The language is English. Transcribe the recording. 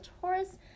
Taurus